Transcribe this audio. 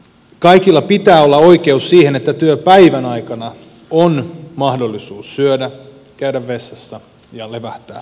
kaikilla pitää olla oikeus siihen että työpäivän aikana on mahdollisuus syödä käydä vessassa ja levähtää hetkisen